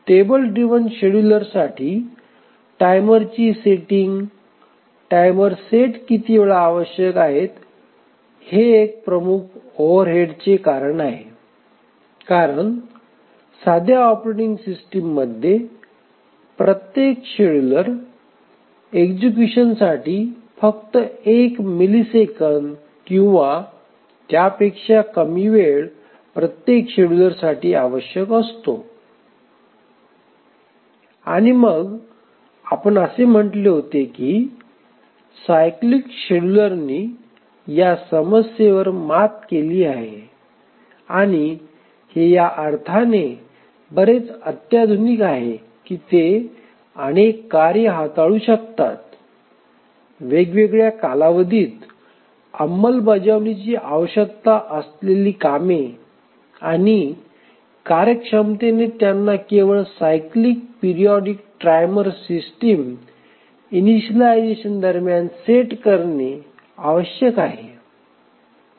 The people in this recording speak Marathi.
टेबल ड्रिव्हन शेड्यूलर साठी टाइमरची सेटिंग टाइमर सेट किती वेळा आवश्यक आहेत हे एक प्रमुख ओव्हरहेड आहे कारण साध्या ऑपरेटिंग सिस्टममध्ये प्रत्येक शेड्यूलर एक्झिक्युशनसाठी फक्त एक मिलिसेकंद किंवा त्यापेक्षा कमी वेळ प्रत्येक शेड्यूलर साठी आवश्यक असते आणि मग आपण असे म्हटले होते की सायक्लीक शेड्युलरनी या समस्येवर मात केली आहे आणि हे या अर्थाने बरेच अत्याधुनिक आहे की ते अनेक कार्ये हाताळू शकतात वेगवेगळ्या कालावधीत अंमलबजावणीची आवश्यकता असलेली कामे आणि कार्यक्षमतेने त्यांना केवळ cyclic periodic timer system initialization दरम्यान सेट करणे आवश्यक आहे